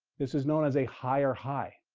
this is known as a higher high.